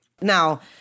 Now